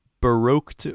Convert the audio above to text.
Baroque